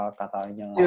katanya